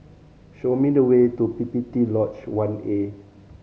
show me the way to P P T Lodge One A